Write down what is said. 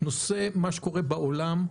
הנושא של מה שקורה בעולם,